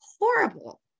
horrible